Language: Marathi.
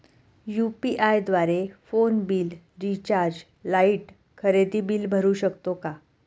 यु.पी.आय द्वारे फोन बिल, रिचार्ज, लाइट, खरेदी बिल भरू शकतो का?